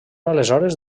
aleshores